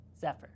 Zephyr